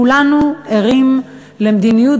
כולנו ערים למדיניות